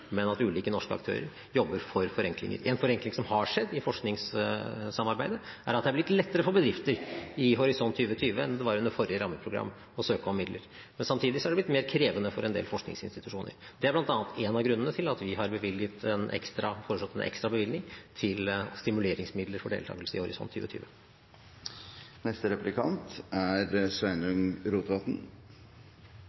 har skjedd i forskningssamarbeidet, er at det har blitt lettere for bedrifter å søke om midler i Horisont 2020 enn det var under forrige rammeprogram, men samtidig er det blitt mer krevende for en del forskningsinstitusjoner. Det er bl.a. en av grunnene til at vi har foreslått en ekstra bevilgning til stimuleringsmidler for deltakelse i Horisont 2020. Av og til er